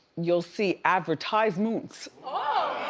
you'll see advertisements. ah